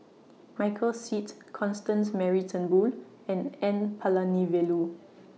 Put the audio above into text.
Michael Seet Constance Mary Turnbull and N Palanivelu